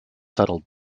settled